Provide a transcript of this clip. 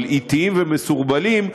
אבל אטיים ומסורבלים,